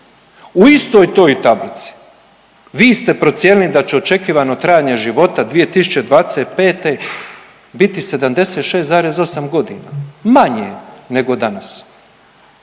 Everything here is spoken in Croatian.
U istoj toj tablici vi ste procijenili da će očekivano trajanje života 2025. biti 76,8 godina, manje nego danas.